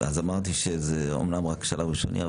אמרתי שזה אומנם רק שלב ראשונה,